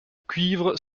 cuivre